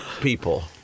people